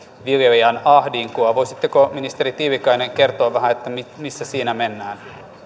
viljelijän ahdinkoa voisitteko ministeri tiilikainen kertoa vähän missä siinä mennään